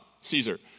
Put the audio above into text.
Caesar